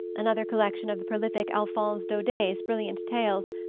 another collection of the prolific alphonse daudet's brilliant tales,